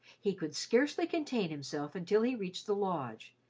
he could scarcely contain himself until he reached the lodge.